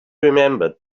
remembered